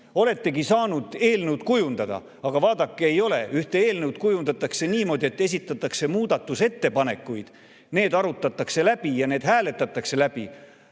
Oletegi saanud eelnõu kujundada. Aga vaadake, ei ole. Ühte eelnõu kujundatakse niimoodi, et esitatakse muudatusettepanekuid, need arutatakse läbi ja need hääletatakse läbi.